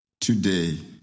today